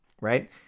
right